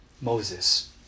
Moses